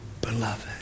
beloved